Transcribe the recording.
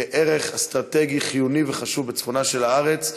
כערך אסטרטגי חיוני וחשוב בצפונה של הארץ.